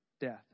Death